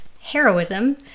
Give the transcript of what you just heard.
heroism